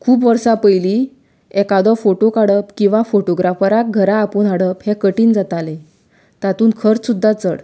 खूब वर्सां पयलीं एखादो फोटो काडप किवां फोटोग्राफराक घरा आपोवन हाडप हें कठीण जातालें तातूंत खर्च सुद्दां चड